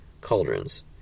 cauldrons